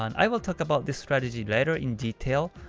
i will talk about this strategy later in detail,